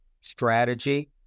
strategy